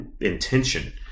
intention